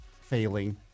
failing